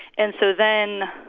and so then,